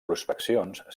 prospeccions